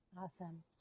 Awesome